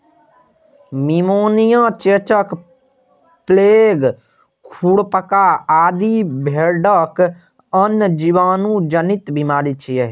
pneumonia, चेचक, plague, खुरपका आदि भेड़क आन जीवाणु जनित बीमारी छियै